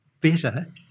better